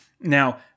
Now